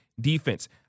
defense